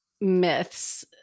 myths